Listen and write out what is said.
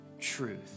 truth